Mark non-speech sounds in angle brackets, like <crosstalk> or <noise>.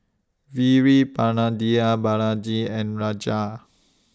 Veerapandiya Balaji and <unintelligible>